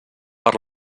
per